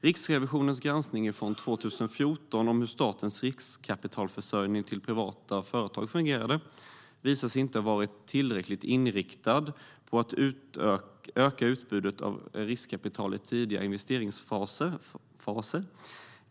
Riksrevisionens granskning från 2014 av statens riskkapitalförsörjning till privata företag visade att den inte har varit tillräckligt inriktad på att öka utbudet av riskkapital i tidiga investeringsfaser.